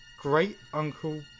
great-uncle